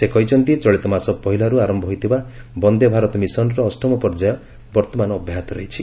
ସେ କହିଛନ୍ତି ଚଳିତ ମାସ ପହିଲାରୁ ଆରମ୍ଭ ହୋଇଥିବା ବନ୍ଦେ ଭାରତ ମିଶନ୍ର ଅଷ୍ଟମ ପର୍ଯ୍ୟାୟ ବର୍ତ୍ତମାନ ଅବ୍ୟାହତ ରହିଛି